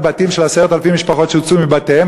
בתים של 10,000 משפחות שהוצאו מבתיהן.